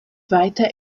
weiter